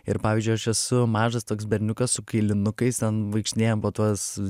ir pavyzdžiui aš esu mažas toks berniukas su kailinukais ten vaikštinėjam po tuos